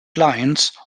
clients